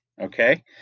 Okay